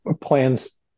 plans